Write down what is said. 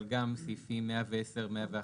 אבל גם סעיפים 110, 111,